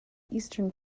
eastern